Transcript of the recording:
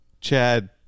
Chad